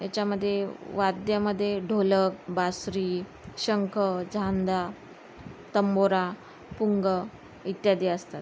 याच्यामध्ये वाद्यामध्ये ढोलक बासरी शंख झांझा तंबोरा पुंग इत्यादी असतात